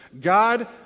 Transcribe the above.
God